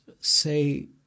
say